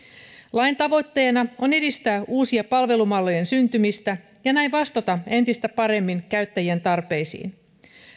lain tavoitteena on edistää uusien palvelumallien syntymistä ja näin vastata entistä paremmin käyttäjien tarpeisiin